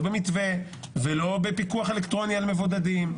במתווה ולא בפיקוח אלקטרוני על מבודדים.